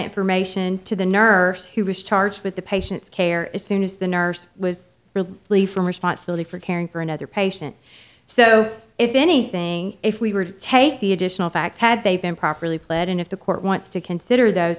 information to the nurse who was charged with the patient's care as soon as the nurse was really really from responsibility for caring for another patient so if anything if we were to take the additional facts had they been properly put in if the court wants to consider those